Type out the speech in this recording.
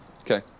Okay